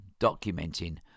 documenting